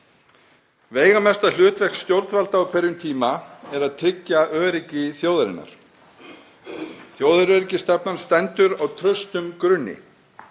Veigamesta hlutverk stjórnvalda á hverjum tíma er að tryggja öryggi þjóðarinnar. Þjóðaröryggisstefnan stendur á traustum grunni.